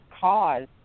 cause